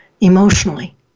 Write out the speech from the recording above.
emotionally